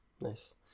Nice